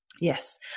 Yes